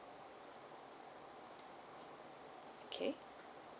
okay